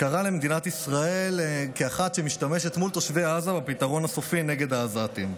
קרא למדינת ישראל אחת שמשתמשת מול תושבי עזה בפתרון הסופי נגד העזתים.